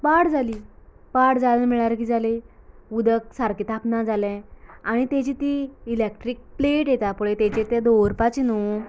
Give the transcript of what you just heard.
पाड जाली पाड जाली म्हळ्यार कितें जाली उदक सारकें तापना जालें आनी तेची ती इलेक्ट्रीक प्लेट येता पळय ती तेचेर ती दवरपाची न्हूं